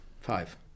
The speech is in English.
Five